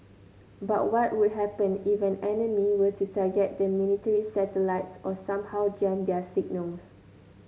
but what would happen if an enemy were to target the military's satellites or somehow jam their signals